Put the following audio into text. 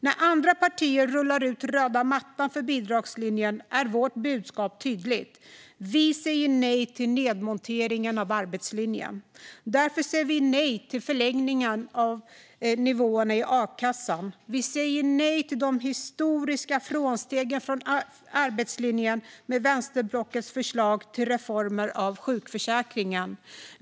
När andra partier rullar ut röda mattan för bidragslinjen är vårt budskap tydligt: Vi säger nej till nedmonteringen av arbetslinjen. Därför säger vi nej till förlängningen av nivåerna i a-kassan. Vi säger nej till de historiska frånstegen från arbetslinjen med vänsterblockets förslag till reformer av sjukförsäkringen.